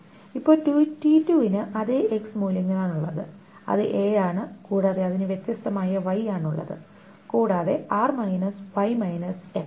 ഇപ്പോൾ t2 ന് അതേ X മൂല്യങ്ങളാണുള്ളത് അത് a ആണ് കൂടാതെ അതിനു വ്യത്യസ്തമായ Y ആണ് ഉള്ളത് കൂടാതെ R - Y X